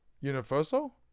Universal